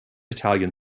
italian